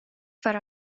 för